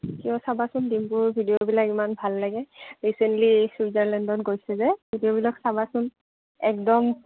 কিয় চাবাচোন ডিম্পুৰ ভিডিঅ'বিলাক ইমান ভাল লাগে ৰিচেণ্টলি চুইজাৰলেণ্ডত গৈছিলে ভিডিঅ'বিলাক চাবাচোন একদম